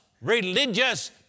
religious